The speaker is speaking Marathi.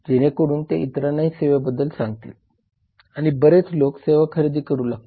जेणेकरून ते इतरांनाही सेवेबद्दल सांगतील आणि बरेच लोक सेवा खरेदी करू लागतील